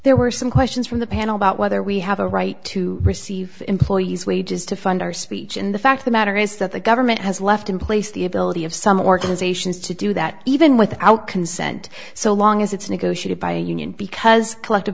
there were some questions from the panel about whether we have a right to receive employees wages to fund our speech in the fact the matter is that the government has left in place the ability of some organizations to do that even without consent so long as it's negotiated by a union because